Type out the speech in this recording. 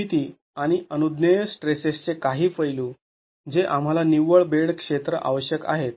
भूमितीय आणि अनुज्ञेय स्ट्रेसेसचे काही पैलू जे आम्हाला निव्वळ बेड क्षेत्र आवश्यक आहेत